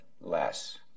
less